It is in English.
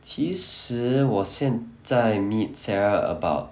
其实我现在 meet seah about